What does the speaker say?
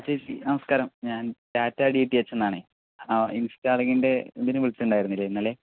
ആ ചേച്ചി നമസ്ക്കാരം ഞാൻ ടാറ്റാ ഡി റ്റി എച്ന്നാണെ ഇൻസ്റ്റാളിങ്ങിൻ്റെ ഇതിന് വിളിച്ചിട്ടുണ്ടായില്ലേ ഇന്നലെ